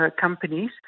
companies